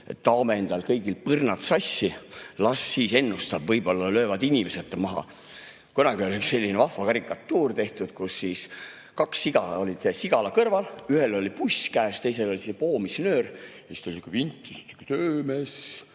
taome endal kõigil põrnad sassi, las siis ennustab, võib-olla löövad inimesed ta maha. Kunagi oli üks selline vahva karikatuur tehtud, kus kaks siga oli sigala kõrval, ühel oli puss käes, teisel oli poomisnöör, ja siis tuli sihuke vintis töömees,